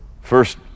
First